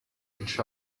each